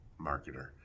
marketer